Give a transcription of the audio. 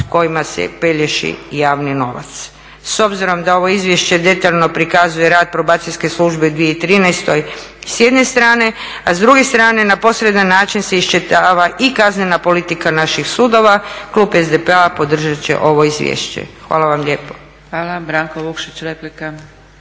kojima se pelješi javni novac. S obzirom da ovo izvješće detaljno prikazuje rad probacijske službe u 2013. s jedne strane, a s druge strane na posredan način se iščitava i kaznena politika naših sudova, klub SDP-a podržat će ovo izvješće. Hvala vam lijepa. **Zgrebec, Dragica